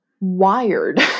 wired